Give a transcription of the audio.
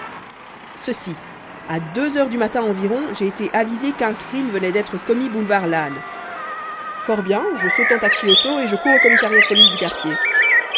ceci à deux heures du matin environ j'ai été avisé qu'un crime venait d'être commis boulevard lannes fort bien je saute en taxi auto et je cours au commissariat de police du quartier